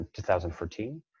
2014